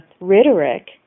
rhetoric